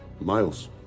Miles